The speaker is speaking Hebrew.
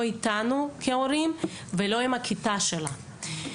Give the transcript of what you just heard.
לא איתנו כהורים ולא עם הכיתה שלה.